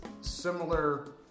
similar